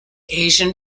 asian